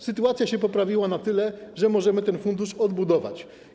Sytuacja poprawiła się na tyle, że możemy ten fundusz odbudować.